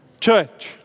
Church